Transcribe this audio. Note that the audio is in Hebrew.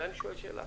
ואני שואל שאלה.